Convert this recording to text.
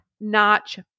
notch